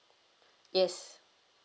yes